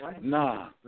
Nah